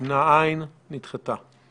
הממשלה תעודד יצרנים פרטיים